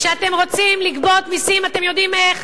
כשאתם רוצים לגבות מסים אתם יודעים איך,